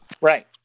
Right